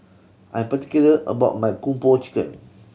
I am particular about my Kung Po Chicken